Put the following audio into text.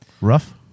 Rough